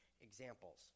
examples